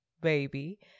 baby